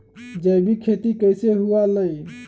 जैविक खेती कैसे हुआ लाई?